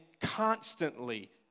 constantly